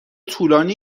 طولانی